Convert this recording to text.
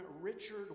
Richard